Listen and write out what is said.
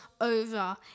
over